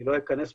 אני לא אכנס פה,